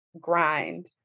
grind